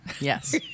Yes